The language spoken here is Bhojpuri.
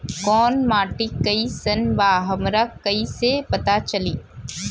कोउन माटी कई सन बा हमरा कई से पता चली?